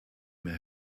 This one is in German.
mehr